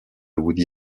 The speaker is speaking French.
woody